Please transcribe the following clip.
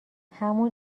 همون